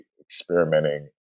experimenting